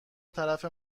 طرف